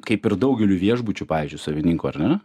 kaip ir daugeliui viešbučių pavyzdžiui savininkų ar ne